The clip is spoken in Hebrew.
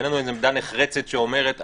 אין לנו עמדה נחרצת שאומרת.